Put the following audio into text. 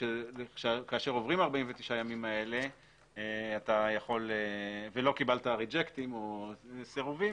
כאשר עוברים 49 הימים האלה ולא קיבלת סירובים,